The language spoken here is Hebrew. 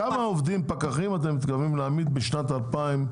כמה עובדים פקחים אתם מתכוונים להעמיד בשנת 2024?